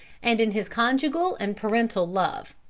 and in his conjugal and parental love.